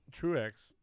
Truex